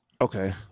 Okay